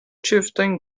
chieftain